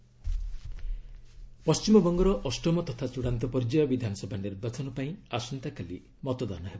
ଡବୁବି election ପଶ୍ଚିମବଙ୍ଗର ଅଷ୍ଟମ ତଥା ଚଡ଼ାନ୍ତ ପର୍ଯ୍ୟାୟ ବିଧାନସଭା ନିର୍ବାଚନ ପାଇଁ ଆସନ୍ତାକାଲି ମତଦାନ ହେବ